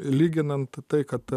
lyginant tai kad